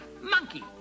Monkey